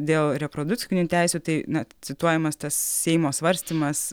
dėl reprodukcinių teisių tai na cituojamas tas seimo svarstymas